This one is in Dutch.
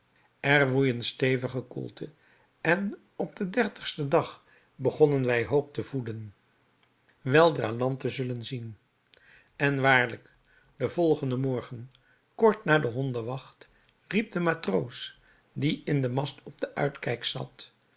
er woei eene stevige koelte en op den dertigsten dag begonnen wij hoop te voeden weldra land te zullen zien en waarlijk den volgenden morgen kort na de hondenwacht riep de matroos die in den mast op den uitkijk zat